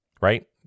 Right